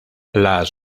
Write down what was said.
las